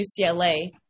UCLA